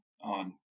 on